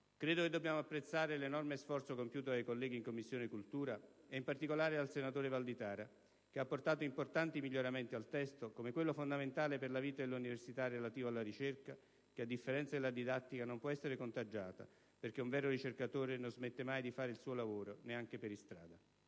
Credo che dobbiamo apprezzare l'enorme sforzo compiuto dai colleghi in Commissione istruzione, e in particolare dal senatore Valditara, che hanno apportato importanti miglioramenti al testo, come quello fondamentale per la vita delle università relativo alla ricerca, che a differenza della didattica, non può essere conteggiata, perché un vero ricercatore non smette mai di fare il suo lavoro, neanche per strada.